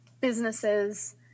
businesses